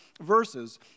verses